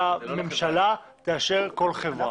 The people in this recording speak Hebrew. צריך שהממשלה תאשר כל חברה?